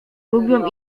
lubią